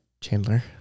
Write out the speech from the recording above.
Chandler